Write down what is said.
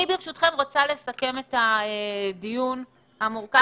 ברשותכם, אני רוצה לסכם את הדיון המורכב.